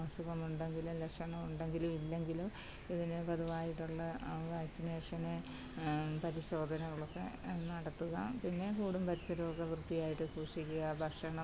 അസുഖമുണ്ടെങ്കില് ലക്ഷണം ഉണ്ടെങ്കിലും ഇല്ലെങ്കിലും ഇതിന് പതിവായിട്ടുള്ള വാക്സിനേഷന് പരിശോധനകളൊക്കെ നടത്തുക പിന്നെ കൂടും പരിസരവുമൊക്കെ വൃത്തിയായിട്ട് സൂക്ഷിക്കുക ഭക്ഷണം